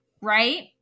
Right